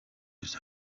his